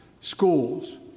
schools